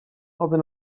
oby